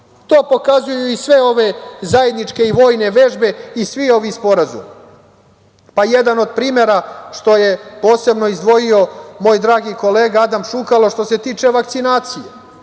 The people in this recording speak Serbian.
To pokazuju i sve ove zajedničke i vojne vežbe i svi ovi sporazumi. Jedan od primera, što je posebno izdvojio moj dragi kolega Adam Šukalo, je što se tiče vakcinacije.